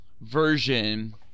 version